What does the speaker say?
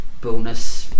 bonus